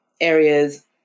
areas